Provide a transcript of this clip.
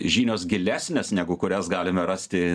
žinios gilesnės negu kurias galime rasti